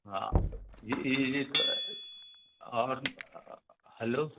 हाँ ये ये ये और हैलो